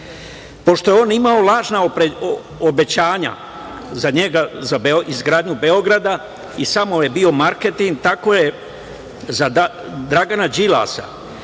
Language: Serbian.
je on imao lažna obećanja za izgradnju Beograda, i samo je bio marketing, tako je za Dragana Đilasa